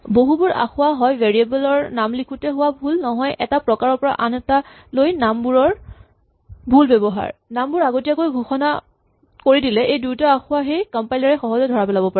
বহুবোৰ আসোঁৱাহ হয় ভেৰিয়েবল ৰ নাম লিখোতে হোৱা ভুল নহয় এটা প্ৰকাৰৰ পৰা আন এটালৈ নামবোৰৰ ভুল ব্যৱহাৰ নামবোৰ আগতীয়াকৈ ঘোষণা কৰি দিলে এই দুয়োটাই আসোঁৱাহেই কমপাইলাৰ এ সহজে ধৰা পেলাব পাৰে